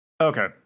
Okay